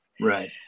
Right